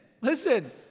listen